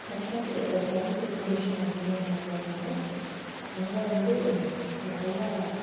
கண்காட்சியில் இப்போ science exhibition அப்படினு நம்ப போனோம்னா அங்கே வந்து நிறையா